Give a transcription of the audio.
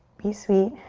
be sweet.